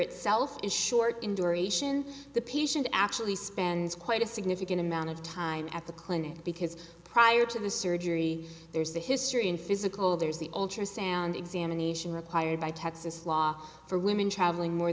itself is short in duration the patient actually spends quite a significant amount of time at the clinic because prior to the surgery there's a history and physical there's the ultrasound examination required by texas law for women travelling more